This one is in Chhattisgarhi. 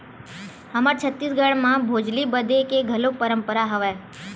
हमर छत्तीसगढ़ म भोजली बदे के घलोक परंपरा हवय